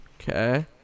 Okay